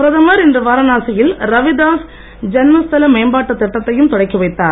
பிரதமர் இன்று வாரணாசியில் ரவிதாஸ் ஜன்மஸ்தல மேம்பாட்டுத் திட்டத்தையும் தொடக்கி வைத்தார்